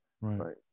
Right